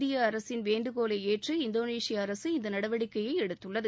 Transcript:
இந்திய அரசின் வேண்டுகோளை ஏற்ற இந்தோனேஷிய அரசு இந்த நடவடிக்கையை எடுத்துள்ளது